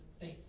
faith